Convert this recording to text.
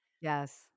Yes